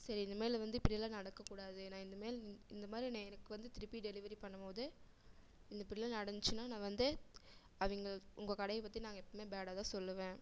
சரி இனிமேல் வந்து இப்படியெல்லாம் நடக்கக் கூடாது நான் இன்னிமேல் இந் இந்த மாதிரி நே எனக்கு வந்து திருப்பி டெலிவரி பண்ணும்போது இன் இப்படிலாம் நடந்துச்சினா நான் வந்து அவங்க உங்கள் கடையை பற்றி நாங்கள் எப்போவுமே பேடாக தான் சொல்லுவேன்